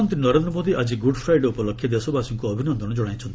ପ୍ରଧାନମନ୍ତ୍ରୀ ନରେନ୍ଦ୍ର ମୋଦି ଆଜି Good Friday ଉପଲକ୍ଷେ ଦେଶବାସୀଙ୍କୁ ଅଭିନନ୍ଦନ ଜଣାଇଛନ୍ତି